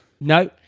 No